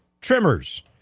trimmers